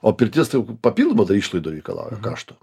o pirtis tai jau papildomų dar išlaidų reikalauja kaštų